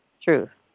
truth